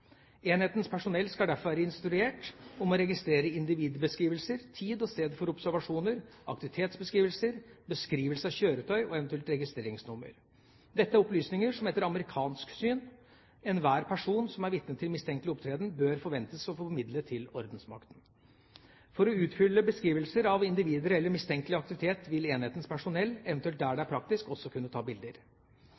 Enhetens personell skal derfor være instruert om å registrere individbeskrivelser, tid og sted for observasjoner, aktivitetsbeskrivelser, beskrivelse av kjøretøy og eventuelt registreringsnummer. Dette er opplysninger som etter amerikansk syn enhver person som er vitne til mistenkelig opptreden, bør forventes å formidle til ordensmakten. For å utfylle beskrivelser av individer eller mistenkelig aktivitet vil enhetens personell, eventuelt der det